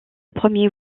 premier